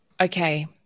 Okay